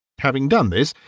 having done this,